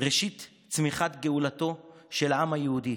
ראשית צמיחת גאולתו של העם היהודי,